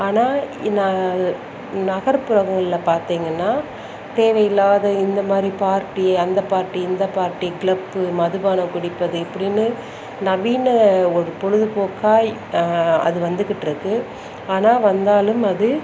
ஆனால் நான் நகர்ப்புறங்களில் பார்த்திங்கன்னா தேவையில்லாத இந்தமாதிரி பார்ட்டி அந்த பார்ட்டி இந்த பார்ட்டி க்ளப்பு மதுபானம் குடிப்பது இப்படின்னு நவீன ஒரு பொழுதுப்போக்காக அது வந்துக்கிட்டு இருக்கு ஆனால் வந்தாலும் அது